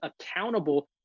accountable